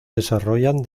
desarrollan